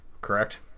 correct